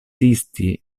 nazisti